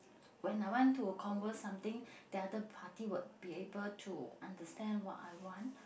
when I want to converse something the other party would be able to understand what I want